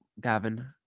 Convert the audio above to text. gavin